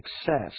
success